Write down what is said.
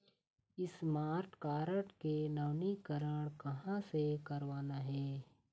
Smart card के नवीनीकरण कहां से करवाना हे?